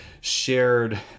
shared